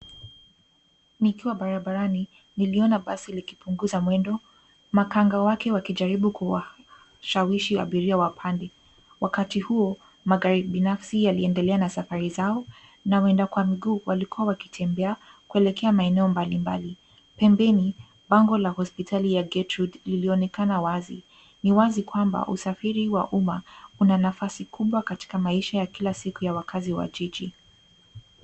Nikiwa barabarani niliona basi likipunguza mwendo makanga wake wakijaribu kuwasawishi abiria wapande. Wakati huo, magari binafsi yaliendelea na safari zao na waenda kwa miguu walikuwa wakitembea kuelekea maeneo mbalimbali. Pembeni, bango la hospitali ya Getrude lilionekana wazi. Ni wazi kwamba usafiri wa uma una nafasi kubwa katika maisha ya kila siku ya wakazi wa jiji.